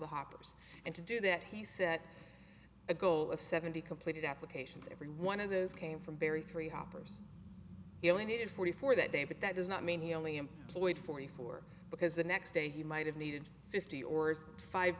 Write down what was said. the hoppers and to do that he set a goal of seventy completed applications every one of those came from very three hoppers he only needed forty four that day but that does not mean he only employed forty four because the next day he might have needed fifty or five